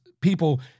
people